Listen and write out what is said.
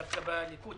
דווקא בליכוד,